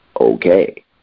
okay